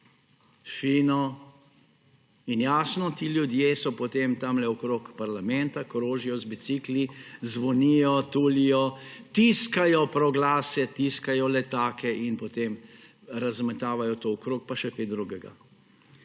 Fino. Jasno, ti ljudje potem tamle okoli parlamenta krožijo z bicikli, zvonijo, tulijo, tiskajo proglase, tiskajo letake in potem razmetavajo to okrog, pa še kaj drugega.